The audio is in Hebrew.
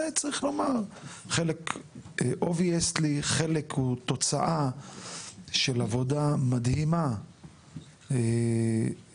צריך לומר שבבירור חלק הוא תוצאה של עבודה מדהימה של